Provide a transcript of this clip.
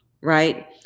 Right